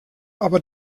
aber